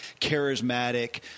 charismatic